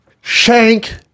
shank